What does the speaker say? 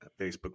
Facebook